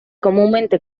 comúnmente